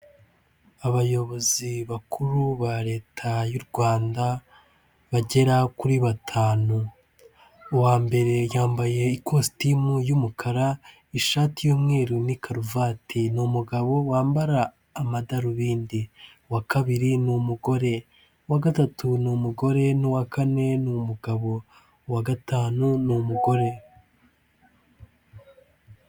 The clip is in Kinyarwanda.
Abayobozi bakuru ba leta y'U Rwanda bagera kuri batanu, uwambere yambaye ikostimu y'umukara, ishati y'umweru n'ikarovati n'umugabo wambara amadarubindi, uwa kabiri ni umugore, uwa gatatu ni umugore n'uwa kane n'umugabo, uwa gatanu n'umugore.